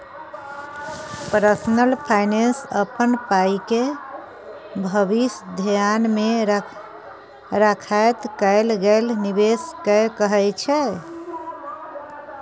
personal finance अपन पाइके भबिस धेआन मे राखैत कएल गेल निबेश केँ कहय छै